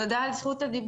שלום, תודה על זכות הדיבור.